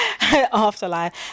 Afterlife